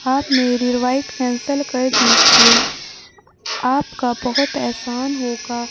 آپ میری ride cancel کر دیجیے آپ کا بہت احسان ہوگا